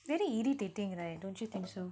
very irritating right don't you think so